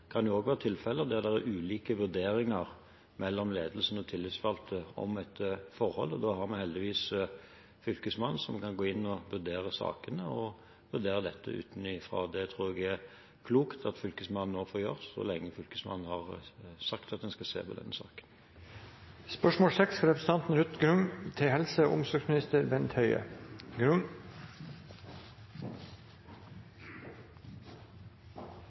være tilfeller der det er ulike vurderinger mellom ledelsen og de tillitsvalgte av et forhold. Da har vi heldigvis Fylkesmannen, som kan gå inn og vurdere sakene utenfra. Det tror jeg det er klokt at Fylkesmannen nå får gjøre, all den tid Fylkesmannen har sagt at en skal se på denne saken.